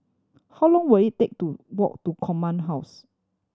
how long will it take to walk to Command House